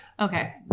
Okay